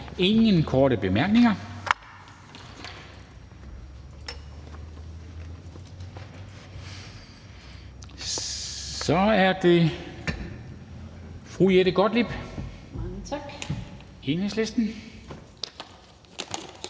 ingen korte bemærkninger. Så er det fru Jette Gottlieb, Enhedslisten.